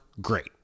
great